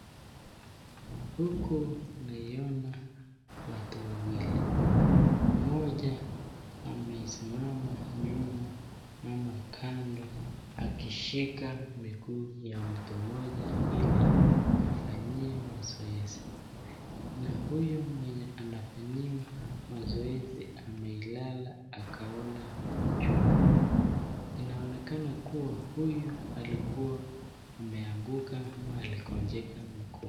Huku naiona watu wawili. Mmoja amesimama nyuma ama kando akishika miguu ya mtu mmoja ili yafanyie mazoezi. Na huyu mwenye anafanyiwa mazoezi ameilala akaona juu. Inaonekana kuwa huyu alikuwa ameanguka ama alikonjeka miguu.